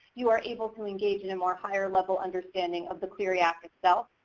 you are able to engage in a more higher level understanding of the clery act itself,